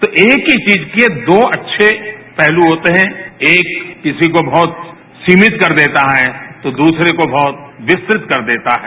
तो एक ही चीज के दो अच्छे पहलू होते हैं एक किसी को बहुत सीमित कर देता है तो दूसरे को बहुत विस्तृत कर देता है